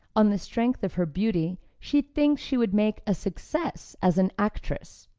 on the strength of her beauty she thinks she would make a success as an actress.